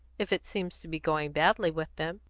if it seems to be going badly with them.